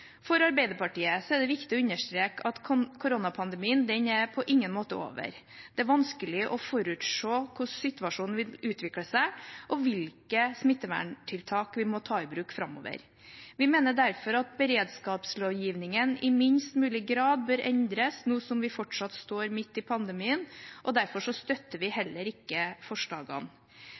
For Arbeiderpartiet er det viktig å understreke at koronapandemien på ingen måte er over. Det er vanskelig å forutse hvordan situasjonen vil utvikle seg, og hvilke smitteverntiltak vi må ta i bruk framover. Vi mener derfor at beredskapslovgivningen i minst mulig grad bør endres nå, når vi fortsatt står midt i pandemien, og derfor støtter vi heller ikke forslagene.